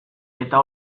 eta